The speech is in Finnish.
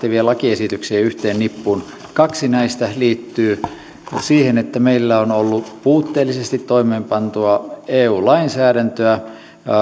tarpeista lähteviä lakiesityksiä yhteen nippuun kaksi näistä liittyy siihen että meillä on ollut puutteellisesti toimeenpantua eu lainsäädäntöä